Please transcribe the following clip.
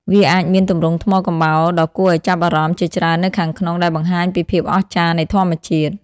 វាអាចមានទម្រង់ថ្មកំបោរដ៏គួរឱ្យចាប់អារម្មណ៍ជាច្រើននៅខាងក្នុងដែលបង្ហាញពីភាពអស្ចារ្យនៃធម្មជាតិ។